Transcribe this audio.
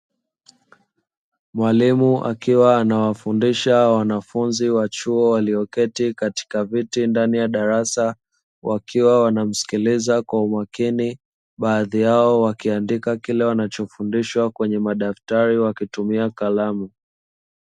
Mwalimu akiwa anawafundisha wanafunzi wa chuo waliyoketi katika viti ndani ya darasa wakiwa wanamsikiliza kwa umakini baadhi yao wakiandika kile wanachofundishwa kwenye madaftari wakitumia kalamu.